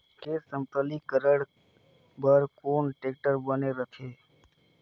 खेत समतलीकरण बर कौन टेक्टर बने रथे?